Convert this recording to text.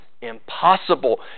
Impossible